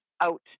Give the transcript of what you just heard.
out